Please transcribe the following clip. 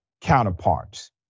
counterparts